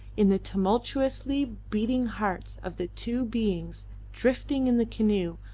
in the tumultuously beating hearts of the two beings drifting in the canoe,